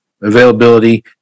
availability